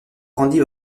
randy